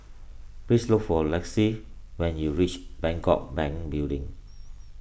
please look for Lexie when you reach Bangkok Bank Building